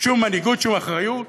שום מנהיגות, שום אחריות.